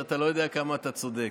אתה לא יודע כמה אתה צודק.